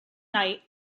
night